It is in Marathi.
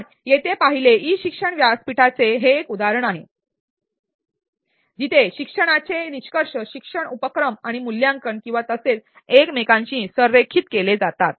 पण येथे पाहिले ई शिक्षण व्यासपीठाचे हे एक उदाहरण होते जिथे शिक्षणाचे निष्कर्ष शिक्षण उपक्रम आणि मूल्यांकन किंवा तसेच एकमेकांशी संरेखित केले जातात